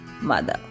mother